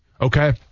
Okay